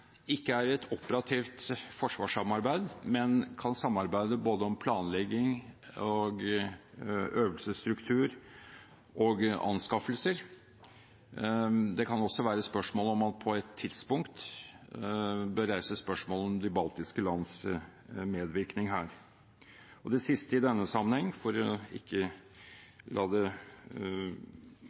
ikke er et operativt forsvarssamarbeid, men kan samarbeide om både planlegging, øvelsesstruktur og anskaffelser. Det kan også være spørsmål om man på et tidspunkt bør reise spørsmål om de baltiske lands medvirkning her. Det siste i denne sammenheng – for ikke å la det